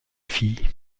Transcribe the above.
fie